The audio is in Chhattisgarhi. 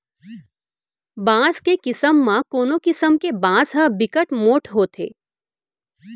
बांस के किसम म कोनो किसम के बांस ह बिकट मोठ होथे